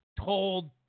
told